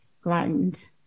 ground